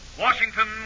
Washington